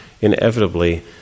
inevitably